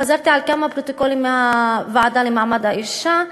וחזרתי על כמה פרוטוקולים מהוועדה לקידום מעמד האישה,